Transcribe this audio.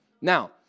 Now